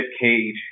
Cage